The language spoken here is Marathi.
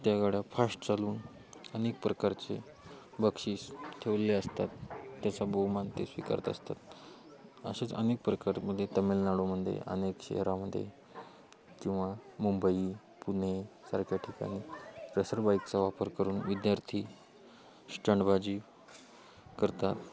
त्या गाड्या फास्ट चालवून अनेक प्रकारचे बक्षीस ठेवले असतात त्याचा बहुमान ते स्वीकारत असतात असेच अनेक प्रकारमध्ये तमिळनाडूमध्ये अनेक शहरामध्ये किंवा मुंबई पुणे सारख्या ठिकाणी रेसर बाईकचा वापर करून विद्यार्थी स्टंडबाजी करतात